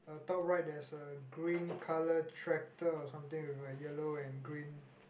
uh top right there's a green colour tractor or something with a yellow and green